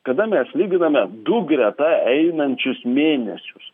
kada mes lyginame du greta einančius mėnesius